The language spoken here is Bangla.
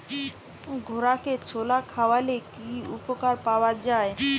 ঘোড়াকে ছোলা খাওয়ালে কি উপকার পাওয়া যায়?